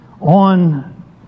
on